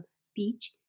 speech